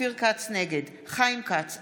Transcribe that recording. נגד חיים כץ,